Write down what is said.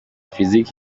فیزیک